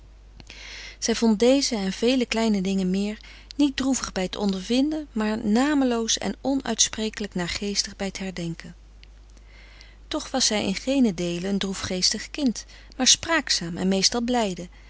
zij vond deze en vele kleine dingen meer niet droevig bij t ondervinden maar nameloos en onuitsprekelijk naargeestig bij t herdenken toch was zij in geenen deele een droefgeestig kind maar spraakzaam en meestal blijde